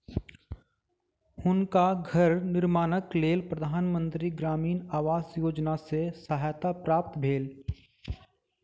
हुनका घर निर्माणक लेल प्रधान मंत्री ग्रामीण आवास योजना सॅ सहायता प्राप्त भेल